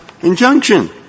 injunction